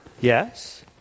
yes